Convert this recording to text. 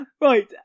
Right